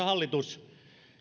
hallitus